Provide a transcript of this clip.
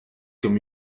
comme